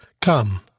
Come